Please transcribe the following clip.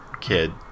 kid